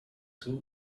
too